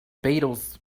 beatles